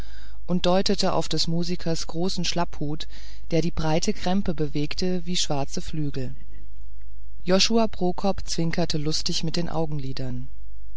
und deutete auf des musikers großen schlapphut der die breite krempe bewegte wie schwarze flügel josua prokop zwinkerte lustig mit den augenlidern